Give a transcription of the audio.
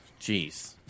Jeez